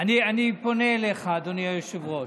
אני פונה אליך, אדוני היושב-ראש.